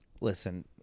Listen